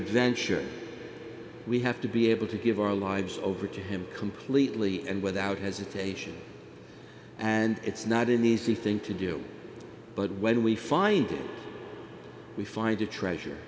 adventure we have to be able to give our lives over to him completely and without hesitation and it's not an easy thing to do but when we find that we find a treasure